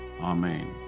amen